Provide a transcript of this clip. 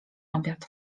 obiad